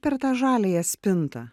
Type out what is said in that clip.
per tą žaliąją spintą